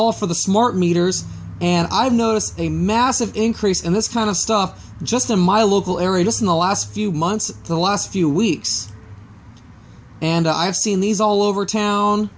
all for the smart meters and i've noticed a massive increase in this kind of stuff just in my local area just in the last few months in the last few weeks and i've seen these all over town